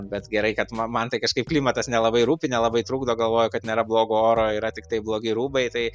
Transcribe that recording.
bet gerai kad ma man tai kažkaip klimatas nelabai rūpi nelabai trukdo galvoju kad nėra blogo oro yra tiktai blogi rūbai tai